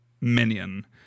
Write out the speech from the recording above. minion